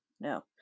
no